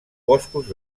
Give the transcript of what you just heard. boscos